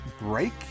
Break